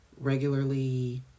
regularly